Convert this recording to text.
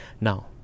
Now